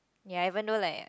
ya even though like